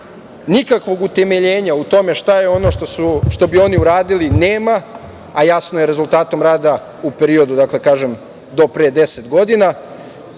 nikakvog utemeljenja u tome šta je ono što bi oni uradili nema, a jasno je rezultatom rada, u periodu, kažem, do pre 10 godina. Da